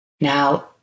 Now